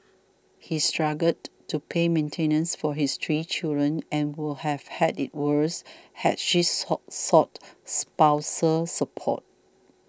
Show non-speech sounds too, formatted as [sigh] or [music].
he struggled to pay maintenance for his three children and would have had it worse had she [unintelligible] sought spousal support